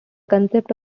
concept